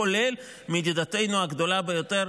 כולל מידידתנו הגדולה ביותר,